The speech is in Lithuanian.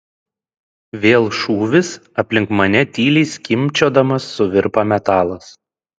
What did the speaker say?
vėl šūvis aplink mane tyliai skimbčiodamas suvirpa metalas